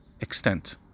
extent